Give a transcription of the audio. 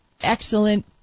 excellent